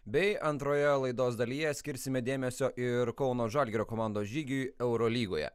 bei antroje laidos dalyje skirsime dėmesio ir kauno žalgirio komandos žygiui eurolygoje